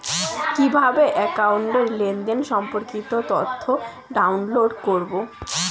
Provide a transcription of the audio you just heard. কিভাবে একাউন্টের লেনদেন সম্পর্কিত তথ্য ডাউনলোড করবো?